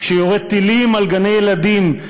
שיורה טילים על גני-ילדים,